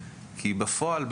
כי בפועל,